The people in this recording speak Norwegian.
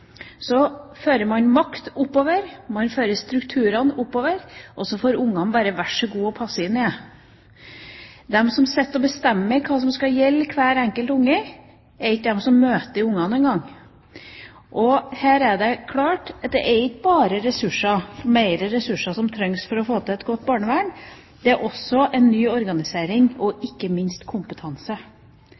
så får barna bare vær så god å passe inn i det. De som sitter og bestemmer hva som skal gjelde for hvert enkelt barn, er ikke de som møter barna engang. Her er det klart at det ikke bare er ressurser – mer ressurser – som trengs for å få til et godt barnevern, men også en ny organisering og ikke minst kompetanse.